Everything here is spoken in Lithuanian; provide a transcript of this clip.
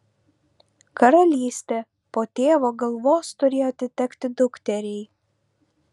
karalystė po tėvo galvos turėjo atitekti dukteriai